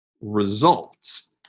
results